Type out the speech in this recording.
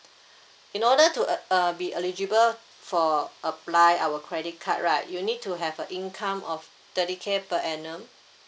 in order to uh uh be eligible for apply our credit card right you need to have a income of thirty K per annum